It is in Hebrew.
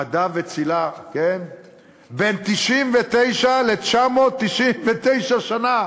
"עדה וצִלה" בין 99 ל-999 שנה.